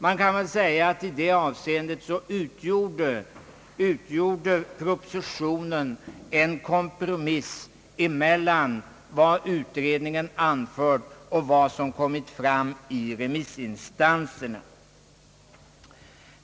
Man kan väl säga att propositionen i detta avseende utgjorde en kompromiss mellan vad utredningen föreslagit och vad som anförts av remissinstanserna.